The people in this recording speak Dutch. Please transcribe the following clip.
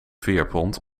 veerpont